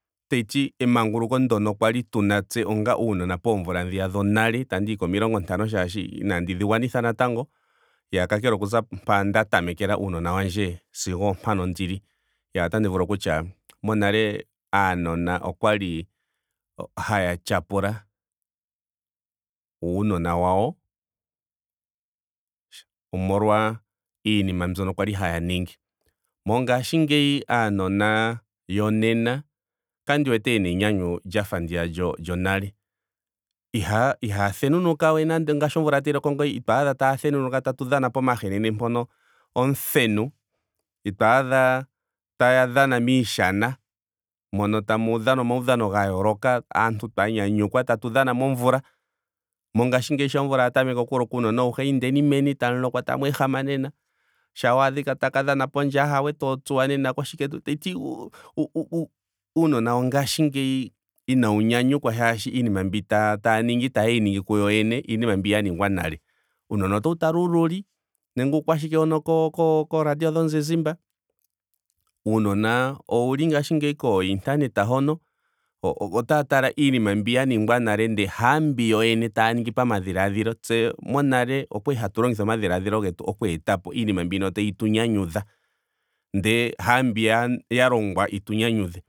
Tashiti emanguluko ndyoka kwali tuna tse nga uunona poomvula dhiya dhonale. itandiyi komilongo ntano shaashi inandi dhi gwanitha natango. kakele okuza mpa nda tamekela uunona wandje sigo ompaano ndili. Iyaa otandi vulu okutya monale aanona okwali haya tyapula uunona wawo sho- omolwa iinima mbyoka kwali haya ningi. Mongaashingeyi aanona yonena kandi wete yena enyanyu lyafa ndiya lyo- lyonale. Iha- ihaya thenunuka we nande ngaashi omvula tayi loko ngeyi ito adha taya thenunuka tatu dhana pomahenene mpono omuthenu. ito adha taya dhana miishana. mono tamu dhana omaudhano ga yooloka. aantu twa nyanyukwa tatu dhana momvula. Mongaashingeyi shampa omvula ya tameke oku loka. uunona amuhe indeni meni tamu lokwa tamu ehama nena. shampa waadhika taka dhana pondje ahawe to tsuwa nena koshike. tashiti u- u- u- uunona wongaashingeyi inawu nyanyukwa molwaashoka iinima mbi taya ningi itayeyi ningi kuyo yene. Iinima mbi ya ningwa nale. Uunona otawu tala uululi nenge uukwashike mbono ko- ko radio dhomuzizimba. uunona ouli ngaashingeyi koo internet hoka. o- otaya tala iinima mbi ya ningwa nale ndele haambi yoyene taya ningi pamadhiladhilo. Tse monale okwali hatu longitha omadhiladhilo getu oku etapo iinima mbino tayi tu nyanyudha. ndele haambi ya longwa yitu nyanyudhe.